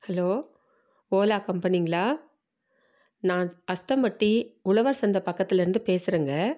hello Ola கம்பெனிங்களா நான் அஸ்தம்பட்டி உழவர் சந்தை பக்கத்துலேர்ந்து பேசுறேங்க